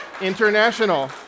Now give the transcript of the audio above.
International